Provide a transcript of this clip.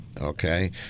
okay